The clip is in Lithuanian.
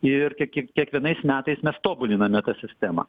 ir kiek kiek kiekvienais metais mes tobuliname sistemą